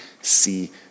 see